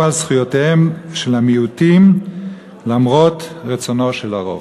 על זכויותיהם של המיעוטים למרות רצונו של הרוב,